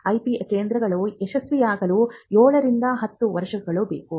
IP ಕೇಂದ್ರಗಳು ಯಶಸ್ವಿಯಾಗಲು 7 ರಿಂದ 10 ವರ್ಷಗಳು ಬೇಕು